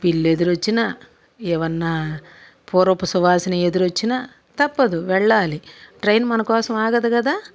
పిల్లి ఎదురొచ్చినా ఏవన్నా పూర్వపు సువాసన ఎదురొచ్చినా తప్పదు వెళ్ళాలి ట్రైన్ మనకోసం ఆగదు కదా